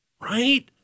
Right